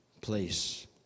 place